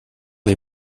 les